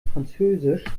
französisch